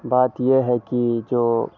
बात यह है कि जो